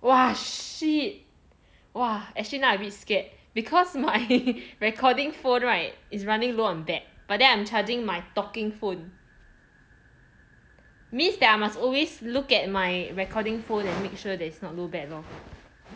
!wah! shit !wah! actually now I a bit scared because my recording phone right is running low on batt but then I am charging my talking phone means that I must always look at my recording phone and make sure there is not no batt lor